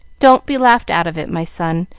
don't be laughed out of it, my son,